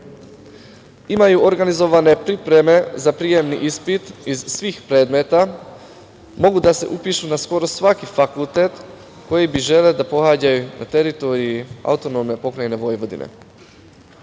Imaju organizovane pripreme za prijemni ispit iz svih predmeta, mogu da se upišu na skoro svaki fakultet koji bi želeli da pohađaju na teritoriji AP Vojvodine. Sledeći